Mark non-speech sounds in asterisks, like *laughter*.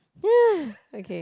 *noise* okay